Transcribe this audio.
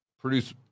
produce